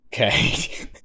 okay